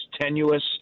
tenuous